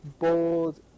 bold